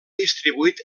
distribuït